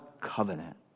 covenant